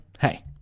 hey